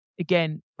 again